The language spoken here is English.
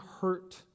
hurt